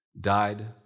died